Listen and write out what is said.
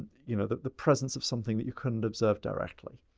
you know, the, the presence of something that you couldn't observe directly.